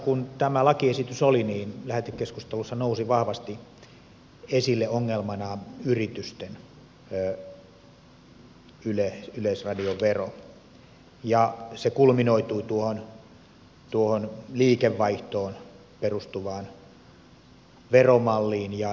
kun tämä lakiesitys oli lähetekeskustelussa nousi vahvasti esille ongelmana yritysten yleisradiovero ja se kulminoituu tuohon liikevaihtoon perustuvaan veromalliin